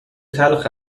تلخ